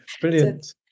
Brilliant